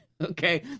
okay